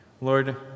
Lord